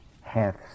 hath